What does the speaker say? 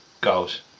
goals